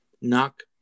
knock